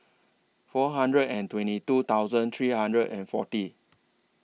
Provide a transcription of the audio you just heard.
four hundred and twenty two thousand three hundred and forty